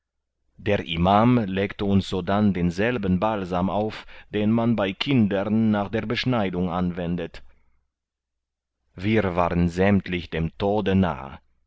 der imam legte uns sodann denselben balsam auf den man bei kindern nach der beschneidung anwendet wir waren sämmtlich dem tode nahe